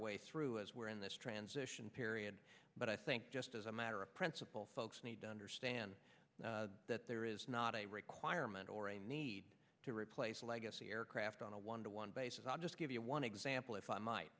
way through as we're in this transition period but i think just as a matter of principle folks need to understand that there is not a requirement or a need to replace a legacy aircraft on a one to one basis i'll just give you one example if i might